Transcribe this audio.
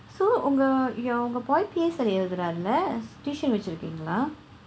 so உங்க:ungka your உங்க:ungka boy P_S_L_E எழுதுறான் இல்ல:eluthuraan illa tuition வைத்திருக்கிங்களா:vaiththuirukkiingkala